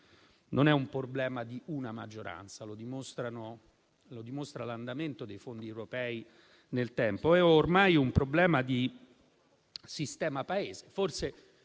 Non è il problema di una maggioranza, come dimostra l'andamento dei fondi europei nel tempo. È ormai un problema di sistema Paese,